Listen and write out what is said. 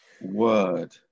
word